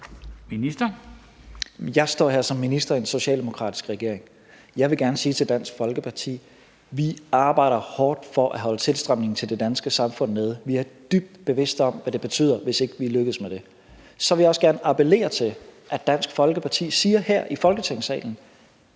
Jeg står her som minister i en socialdemokratisk regering. Jeg vil gerne sige til Dansk Folkeparti: Vi arbejder hårdt for at holde tilstrømningen til det danske samfund nede. Vi er meget bevidste om, hvad det betyder, hvis vi ikke lykkes med det. Så vil jeg også gerne appellere til, at Dansk Folkeparti siger her i Folketingssalen: